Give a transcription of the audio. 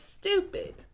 stupid